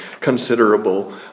considerable